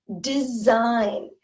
Design